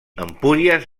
empúries